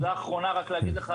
רק להגיד לך,